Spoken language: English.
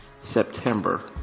September